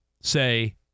say